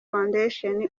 foundation